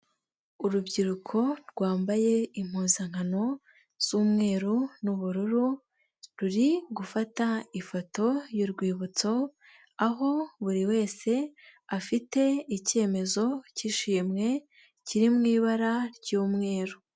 Urubyiruko rwambaye impuzankano z'umweru n'ubururu, ruri gufata ifoto y'urwibutso, aho buri wese afite icyemezo cy'ishimwe, kiri mu ibara ry'umweru.